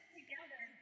together